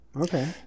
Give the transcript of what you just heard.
Okay